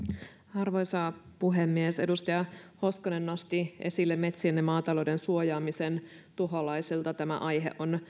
arvoisa puhemies edustaja hoskonen nosti esille metsien ja maatalouden suojaamisen tuholaisilta tämä asia on